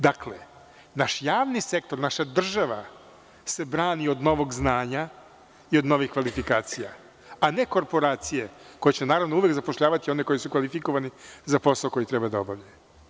Dakle, naš javni sektor, naša država se brani od novog znanja i od novih kvalifikacija a ne korporacije koje naravno uvek zapošljavati one koji su kvalifikovani za posao koji treba da obavljaju.